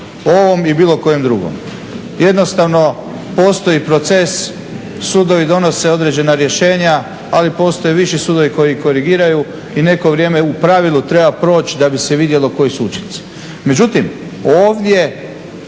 ovom i bilo kojem drugom. Jednostavno postoji proces, sudovi donose određena rješenja, ali postoje viši sudovi koji ih korigiraju i neko vrijeme u pravilu treba proći da bi se vidjelo koji su učinci.